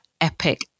epic